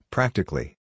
Practically